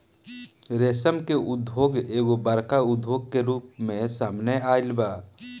रेशम के उद्योग एगो बड़का उद्योग के रूप में सामने आइल बा